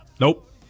Nope